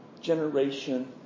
generation